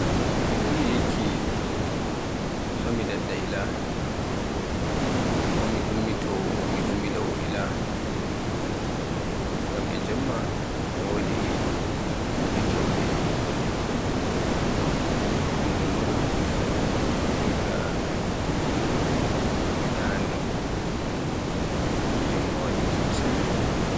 Mi ɓuri yikki mi so mi daɗɗa ila, so mi ummito, mi ummilawa ila. Ngam e jemma e wodi kuuɗe kewɗe, kanjum woni igga mi ɗaano so Jemma waɗi sanne.